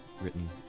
written